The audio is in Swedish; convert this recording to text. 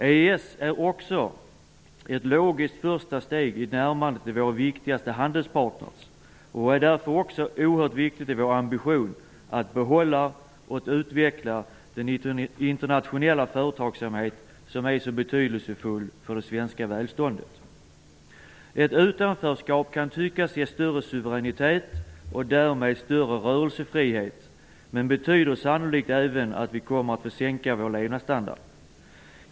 EES är ett logiskt första steg i närmandet till våra viktigaste handelspartners och är därför oerhört viktigt i vår ambition att behålla och utveckla den internationella företagsamhet som är så betydelsefull för det svenska välståndet. Ett utanförskap kan tyckas ge större suveränitet och därmed större rörelsefrihet men betyder sannolikt att vi kommer att få sänka vår levnadsstandard.